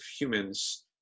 humans